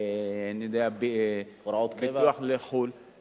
אני יודע, ביטוח לחוץ-לארץ, הוראות קבע?